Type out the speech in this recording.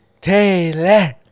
Taylor